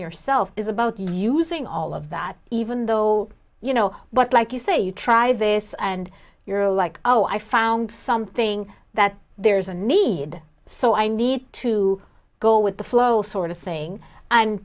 yourself is about using all of that even though you know but like you say you try this and you're like oh i found something that there's a need so i need to go with the flow sort of thing and